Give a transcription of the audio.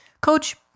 coach